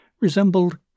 resembled